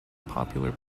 popular